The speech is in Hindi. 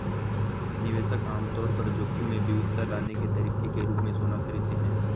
निवेशक आम तौर पर जोखिम में विविधता लाने के तरीके के रूप में सोना खरीदते हैं